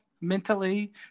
mentally